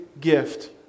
gift